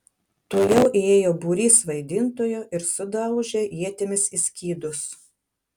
tuojau įėjo būrys vaidintojų ir sudaužė ietimis į skydus